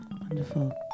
Wonderful